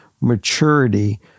maturity